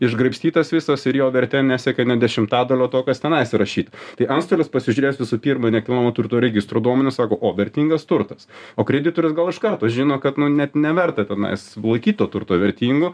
išgraibstytas visas ir jo vertė nesiekia nė dešimtadalio to kas tenais įrašyta tai antstolis pasižiūrės visų pirma nekilnojamo turto registro duomenis sako o vertingas turtas o kreditorius gal iš karto žino kad net neverta tenais laikyt to turto vertingu